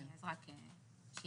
אנחנו